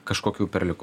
kažkokių perliukų